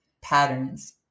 patterns